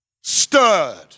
stirred